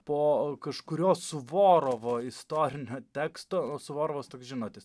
po kažkurio suvorovo istorinio teksto suvorovas toks žinot